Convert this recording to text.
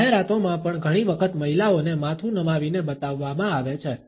જાહેરાતોમાં પણ ઘણી વખત મહિલાઓને માથું નમાવીને બતાવવામાં આવે છે